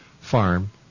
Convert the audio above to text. farm